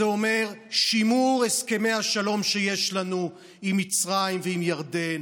זה אומר שימור הסכמי השלום שיש לנו עם מצרים ועם ירדן,